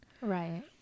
right